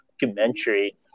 documentary